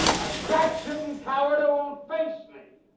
a back-shooting coward who won't face me!